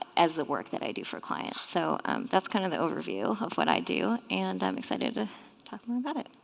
as the work that i do for clients so that's kind of the overview of what i do and i'm excited about it